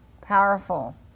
powerful